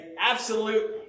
absolute